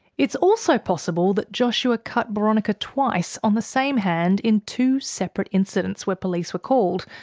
it's also possible that joshua cut boronika twice on the same hand in two separate incidents where police were called.